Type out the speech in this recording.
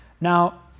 Now